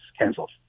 cancelled